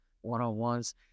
one-on-ones